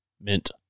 Mint